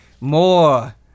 more